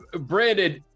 Brandon